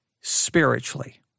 spiritually